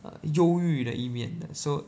uh 忧郁的一面的 so